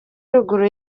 ruguru